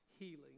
healing